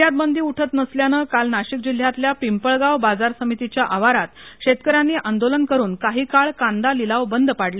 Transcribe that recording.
निर्यात बंदी उठत नसल्याने काल नाशिक जिल्ह्यातल्या पिंपळगाव बाजार समितीच्या आवारात शेतकऱ्यांनी आंदोलन करून काही काळ कांदा लिलाव बंद पाडले